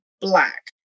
black